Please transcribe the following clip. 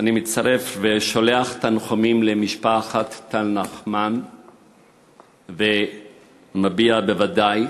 ושולח תנחומים למשפחת טל נחמן ומביע בוודאי